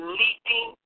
leaping